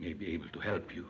may be able to help you